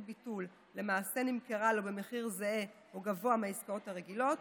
ביטול למעשה נמכרה לו במחיר זהה לעסקאות הרגילות,